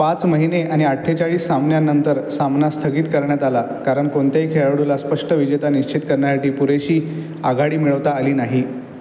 पाच महिने आणि अठ्ठेचाळीस सामन्यांनंतर सामना स्थगित करण्यात आला कारण कोणत्याही खेळाडूला स्पष्ट विजेता निश्चित करण्यासाठी पुरेशी आघाडी मिळवता आली नाही